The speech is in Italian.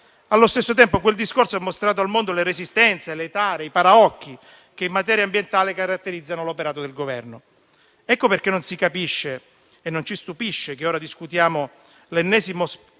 Allo stesso tempo, quel discorso ha mostrato al mondo le resistenze, le tare e i paraocchi che in materia ambientale caratterizzano l'operato del Governo. Ecco perché non si capisce e non ci stupisce che ora discutiamo l'ennesimo